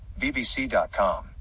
BBC.com